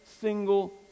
single